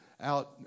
out